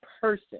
person